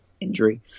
injury